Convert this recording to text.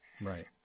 right